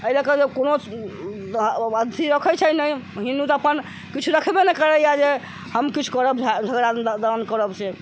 एहि लए कऽ जे कोनो अथी रखै छै नहि हिन्दू तऽ अपन किछु रखबे ने करैया जे हम किछु करब झगड़ा दान करब से